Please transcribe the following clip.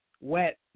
Wet